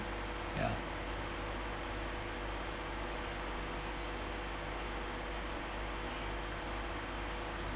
ya